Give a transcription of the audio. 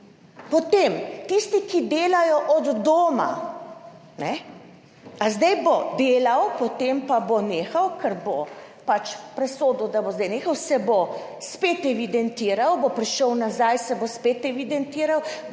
Potem tisti, ki delajo od doma, zdaj bo delal, potem pa bo nehal, ker bo pač presodil, da bo zdaj nehal, se bo spet evidentiral, bo prišel nazaj, se bo spet evidentiral,